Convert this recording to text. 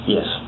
Yes